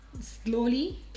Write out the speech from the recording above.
slowly